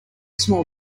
small